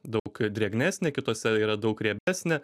daug drėgnesnė kitose yra daug riebesnė